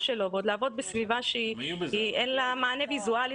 שלו ועוד לעבוד בסביבה שאין לה מענה ויזואלי,